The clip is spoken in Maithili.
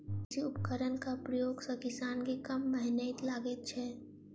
कृषि उपकरणक प्रयोग सॅ किसान के कम मेहनैत लगैत छै